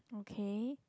okay